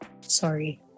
Sorry